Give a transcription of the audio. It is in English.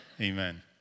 amen